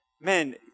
man